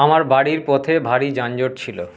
আমার বাড়ির পথে ভারী যানজট ছিলো